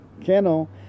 kennel